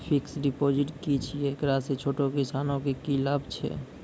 Fixed deposit की छिकै, एकरा से छोटो किसानों के की लाभ छै?